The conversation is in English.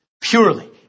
purely